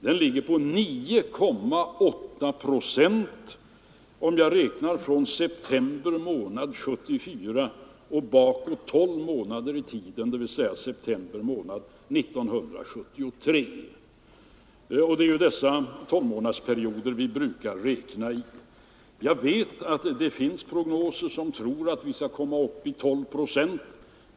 Den ligger på 9,8 procent om jag räknar från september månad i år och bakåt i tiden till september månad 1973. Det är ju i tolvmånadersperioder vi brukar räkna. Jag vet att det finns prognoser på att prisstegringen kommer att uppgå till 12 procent i år.